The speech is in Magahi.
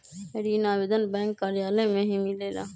ऋण आवेदन बैंक कार्यालय मे ही मिलेला?